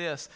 this